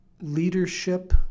leadership